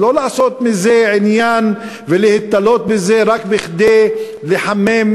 אז לא לעשות מזה עניין ולהיתלות בזה רק בכדי לחמם